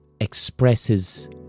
expresses